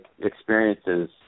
experiences